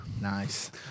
Nice